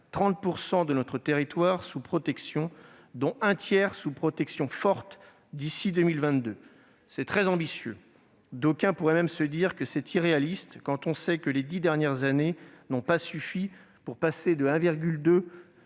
30 % de notre territoire doit passer sous protection, dont un tiers sous protection forte à l'horizon 2022. C'est très ambitieux. D'aucuns pourraient même se dire que c'est irréaliste quand on sait que les dix années n'ont pas suffi à faire passer la part